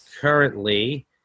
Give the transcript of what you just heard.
currently